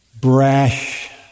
brash